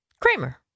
Kramer